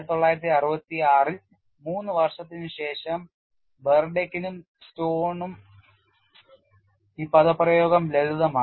1966 ൽ 3 വർഷത്തിനുശേഷം ബർഡെകിനും സ്റ്റോണും ഈ പദപ്രയോഗം ലളിതമാക്കി